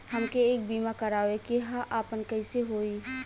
हमके एक बीमा करावे के ह आपन कईसे होई?